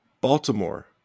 Baltimore